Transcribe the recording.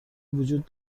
وجود